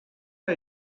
are